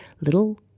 little